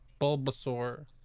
Bulbasaur